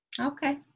Okay